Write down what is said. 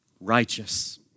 righteous